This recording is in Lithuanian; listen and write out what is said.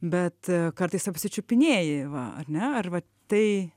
bet kartais apsičiupinėji va ar ne ar va tai